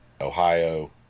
ohio